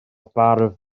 bardd